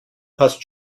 passt